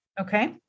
Okay